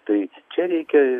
tai čia reikia